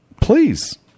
Please